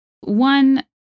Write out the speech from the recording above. one